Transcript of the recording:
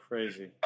Crazy